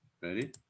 Ready